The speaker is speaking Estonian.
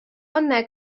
anne